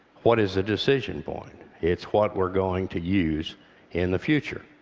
what is the decision point? it's what we're going to use in the future.